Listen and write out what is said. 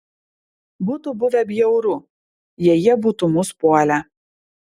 būtų buvę bjauru jei jie būtų mus puolę